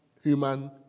human